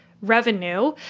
revenue